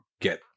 get